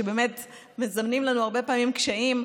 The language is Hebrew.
שבאמת מזמנים לנו קשיים.